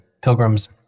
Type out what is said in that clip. pilgrims